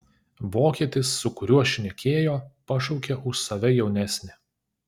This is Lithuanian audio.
vokietis su kuriuo šnekėjo pašaukė už save jaunesnį